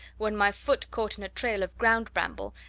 when my foot caught in a trail of ground bramble,